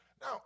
Now